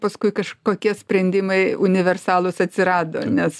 paskui kažkokie sprendimai universalūs atsirado nes